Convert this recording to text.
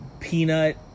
peanut